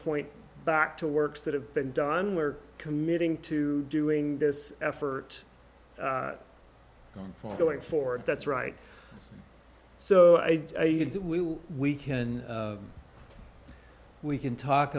point back to works that have been done we're committing to doing this effort or going forward that's right so we can we can talk